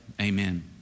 Amen